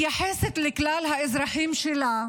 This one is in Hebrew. מתייחסת לכלל האזרחים שלה